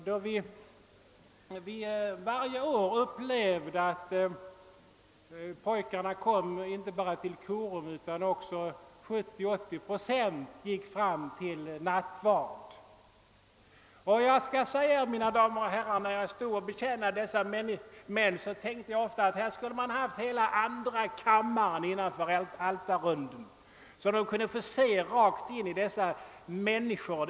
Vi fick varje år uppleva att soldaterna inte bara kom till korum utan också att 70 å 80 procent av dem gick till nattvarden. Jag tänkte ofta när jag betjänade dessa unga människor, att man skulle innanför altarrunden ha haft hela andra kammaren, så att ledamöterna kunnat se rakt in i dessa unga människors ögon.